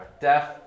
deaf